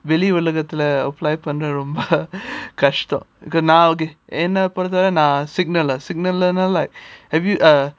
really வெளி உலகத்துல:veli ulagathula apply பண்றது ரொம்ப கஷ்டம் நான் ஓகே என்ன பொறுத்த வர நான்:panrathu romba kastam nan okay enna poruthavara nan signal uh signal learner like have you uh